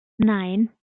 nein